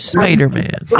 Spider-Man